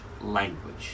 language